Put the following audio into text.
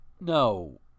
no